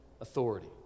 authority